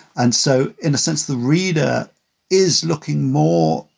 and so in a sense, the reader is looking more.